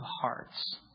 hearts